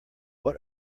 what